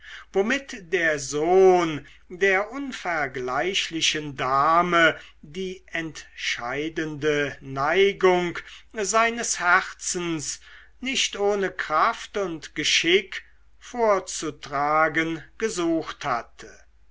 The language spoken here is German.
womit der sohn der unvergleichlichen dame die entschiedene neigung seines herzens nicht ohne kraft und geschick vorzutragen gesucht hatte